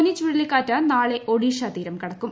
ഫോനി ചുഴലിക്കാറ്റ് നാളെ ഒഡീഷ തീരം കടക്കും